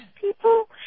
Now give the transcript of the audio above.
people